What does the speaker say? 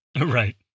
Right